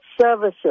services